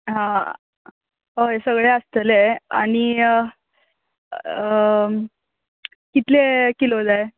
हा अय सगळें आसतलें आनी कितले किलो जाय